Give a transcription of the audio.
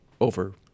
over